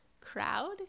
crowd